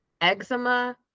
eczema